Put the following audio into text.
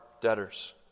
debtors